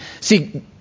See